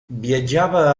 viatjava